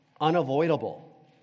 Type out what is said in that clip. unavoidable